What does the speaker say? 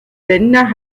länder